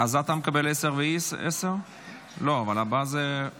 לבסיסו ובדרכו לבסיס עצר במיגונית שבה